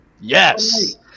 Yes